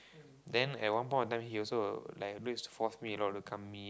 then at one point of time he also like force me to coming